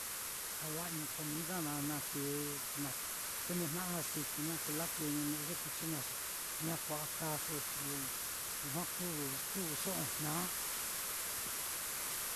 Kalañu comida naá na kee na kunejna'a aciti naá, kú lakeeñu ne'e ye kuchi naá xi ña kua'a kaaso xi lo lujua kuu ku'uso ojna.